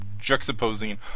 juxtaposing